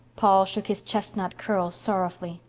paul shook his chestnut curls sorrowfully.